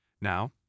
Now